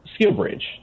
SkillBridge